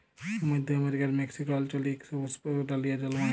মইধ্য আমেরিকার মেক্সিক অল্চলে ইক সুপুস্পক ডালিয়া জল্মায়